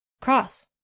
Cross